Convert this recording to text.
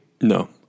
no